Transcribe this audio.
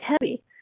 heavy